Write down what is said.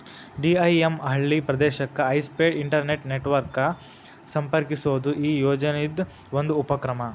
DIM ಹಳ್ಳಿ ಪ್ರದೇಶಕ್ಕೆ high speed internet network ಗ ಸಂಪರ್ಕಿಸೋದು ಈ ಯೋಜನಿದ್ ಒಂದು ಉಪಕ್ರಮ